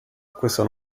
questa